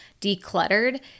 decluttered